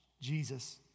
Jesus